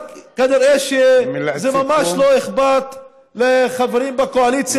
רק נראה שזה ממש לא אכפת לחברים בקואליציה.